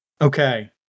Okay